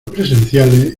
presenciales